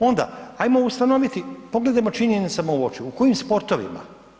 Onda ajmo ustanoviti, pogledajmo činjenicama u oči, u kojim sportovima.